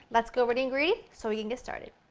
let's go with the ingredient so we can get started.